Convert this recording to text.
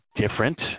different